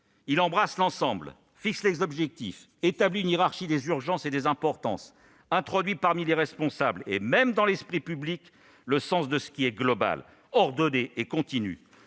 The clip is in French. Il embrasse l'ensemble, fixe les objectifs, établit une hiérarchie des urgences et des importances, introduit parmi les responsables et même dans l'esprit public le sens de ce qui est global, ordonné et continu,